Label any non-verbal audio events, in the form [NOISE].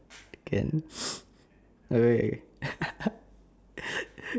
can [NOISE] alright [NOISE]